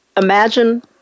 imagine